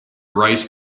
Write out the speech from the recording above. rice